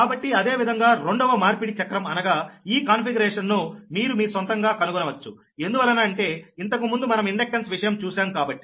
కాబట్టి అదేవిధంగా రెండవ మార్పిడి చక్రం అనగా ఈ ఆకృతీకరణ ను మీరు మీ సొంతంగా కనుగొనవచ్చు ఎందువలన అంటే ఇంతకుముందు మనం ఇండక్టెన్స్ విషయం చూసాం కాబట్టి